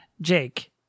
Jake